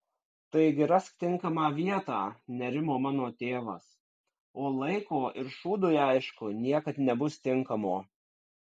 taigi rask tinkamą vietą nerimo mano tėvas o laiko ir šūdui aišku niekad nebus tinkamo